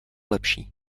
lepší